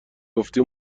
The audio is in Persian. گفتی